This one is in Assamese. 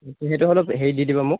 সেইটো অলপ হেৰিত দি দিব মোক